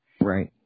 Right